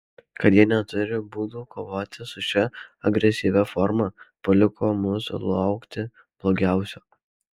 kad jie neturi būdų kovoti su šia agresyvia forma paliko mus laukti blogiausio